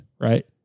Right